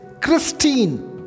Christine